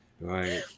Right